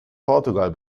portugal